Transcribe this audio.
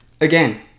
again